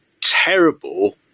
terrible